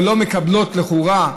או לא מקבלות לכאורה,